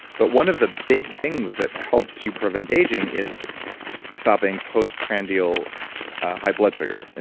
but one of the big things that helps you prevent aging is stopping post-prandial high blood sugar. and